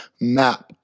map